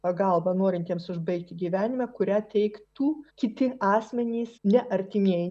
pagalba norintiems užbaigti gyvenimą kurią teiktų kiti asmenys ne artimieji